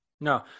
No